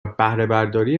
بهرهبرداری